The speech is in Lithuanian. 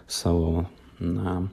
savo na